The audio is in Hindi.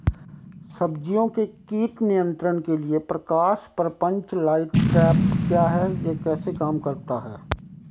सब्जियों के कीट नियंत्रण के लिए प्रकाश प्रपंच लाइट ट्रैप क्या है यह कैसे काम करता है?